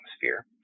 atmosphere